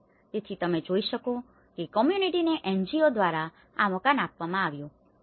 તેથી હવે તમે જોઈ શકો છો કે કોમ્યુનીટીને NGO દ્વારા આ મકાન આપવામાં આવ્યુ છે